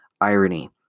irony